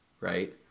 Right